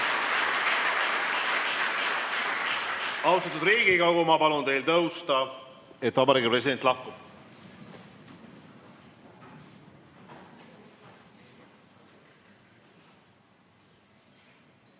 Austatud Riigikogu, ma palun teil tõusta, Eesti Vabariigi president lahkub.